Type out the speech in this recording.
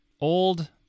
old